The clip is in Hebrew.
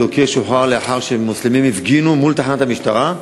הדוקר שוחרר לאחר שמוסלמים הפגינו מול תחנת המשטרה,